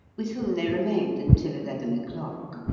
with whom they remained until eleven o'clock.